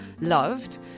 loved